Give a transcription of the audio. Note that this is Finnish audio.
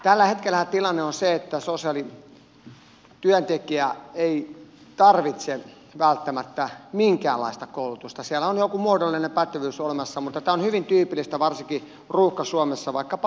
tällä hetkellähän tilanne on se että sosiaalityöntekijä ei tarvitse välttämättä minkäänlaista koulutusta siellä on joku muodollinen pätevyys olemassa mutta tämä on hyvin tyypillistä varsinkin ruuhka suomessa vaikkapa vantaalla